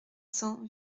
cents